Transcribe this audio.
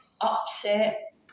upset